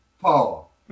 Paul